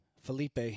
Felipe